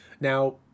now